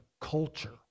culture